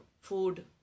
food